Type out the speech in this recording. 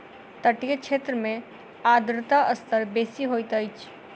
तटीय क्षेत्र में आर्द्रता स्तर बेसी होइत अछि